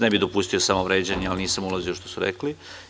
Ne bih dopustio samo vređanje, ali nisam ulazio u ono što su rekli.